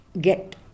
get